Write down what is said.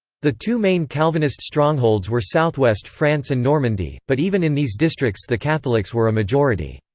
the two main calvinist strongholds were southwest france and normandy, but even in these districts the catholics were a majority.